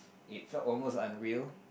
it felt almost unreal